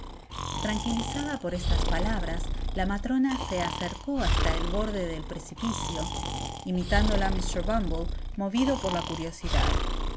tranquilizada por estas palabras la matrona se acercó hasta el borde del precipicio imitándola mr bumble movido por la curiosidad